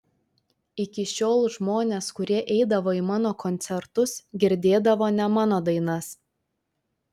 iki šiol žmonės kurie eidavo į mano koncertus girdėdavo ne mano dainas